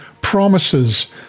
promises